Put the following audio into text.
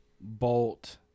bolt